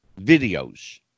videos